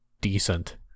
decent